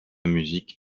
musique